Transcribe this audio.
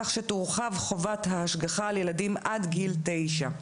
כך שתורחב חובת ההשגחה על ילדים עד גיל תשע.